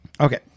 okay